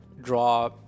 draw